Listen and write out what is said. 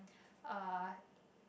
uh